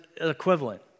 equivalent